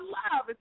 love